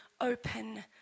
Open